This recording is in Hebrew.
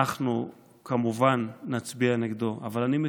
אנחנו כמובן נצביע נגדו, אבל אני מקווה,